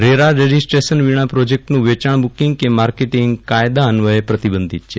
RERA registration વિના પ્રોજેક્ટનું વેચાજ્ઞ બુકિંગ કે માર્કેટીંગ કાયદા અન્વયે પ્રતિબંધિત છે